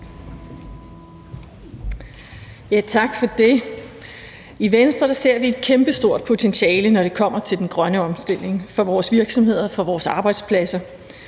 tak for det. I Venstre ser vi et kæmpestort potentiale, når det kommer til den grønne omstilling, for vores virksomheder, vores arbejdspladser.